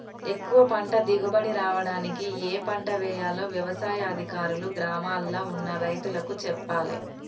ఎక్కువ పంట దిగుబడి రావడానికి ఏ పంట వేయాలో వ్యవసాయ అధికారులు గ్రామాల్ల ఉన్న రైతులకు చెప్పాలే